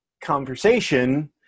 conversation